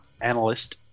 analyst